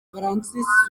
françois